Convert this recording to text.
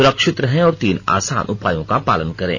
सुरक्षित रहें और तीन आसान उपायों का पालन करें